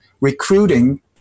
recruiting